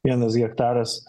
vienas hektaras